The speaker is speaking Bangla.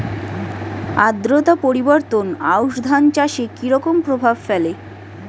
আদ্রতা পরিবর্তন আউশ ধান চাষে কি রকম প্রভাব ফেলে?